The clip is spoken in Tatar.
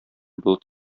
болыт